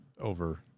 over